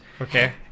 Okay